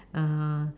uh